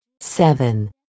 Seven